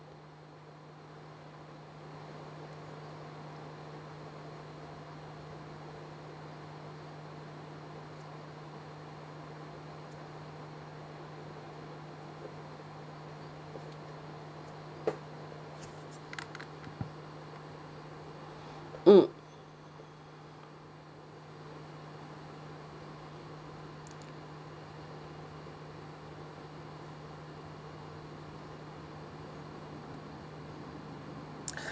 mm